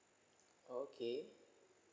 okay